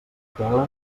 tela